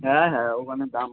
হ্যাঁ হ্যাঁ ওখানে দাম